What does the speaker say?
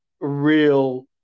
real